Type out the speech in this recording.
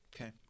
Okay